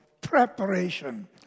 preparation